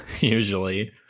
usually